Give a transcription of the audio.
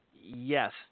Yes